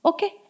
Okay